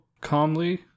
calmly